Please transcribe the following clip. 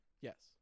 Yes